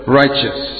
righteous